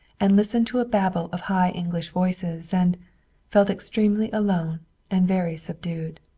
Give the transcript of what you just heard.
and listened to a babel of high english voices, and felt extremely alone and very subdued.